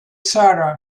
sarah